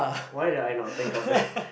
why did I not think of that